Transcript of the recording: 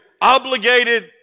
obligated